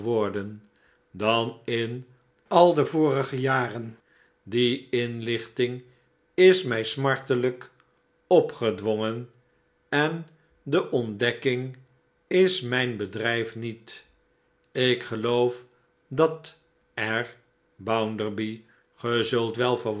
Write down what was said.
dan in al de vorige jaren die inlichting is mij smartelijk opgedwongen en de ontdekking is mijn bedrijf niet ik geloof dat er bounderby ge